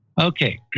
Okay